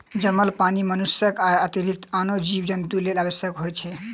जमल पानि मनुष्यक अतिरिक्त आनो जीव जन्तुक लेल आवश्यक होइत छै